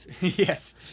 Yes